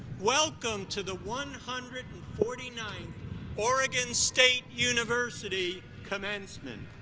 welcome to the one hundred and forty ninth oregon state university commencement.